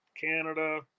Canada